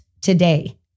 today